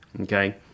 okay